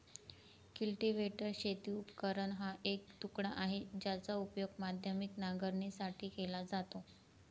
cultivator शेती उपकरण हा एक तुकडा आहे, ज्याचा उपयोग माध्यमिक नांगरणीसाठी केला जातो